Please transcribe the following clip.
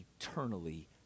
eternally